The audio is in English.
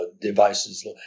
devices